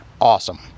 awesome